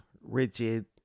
Rigid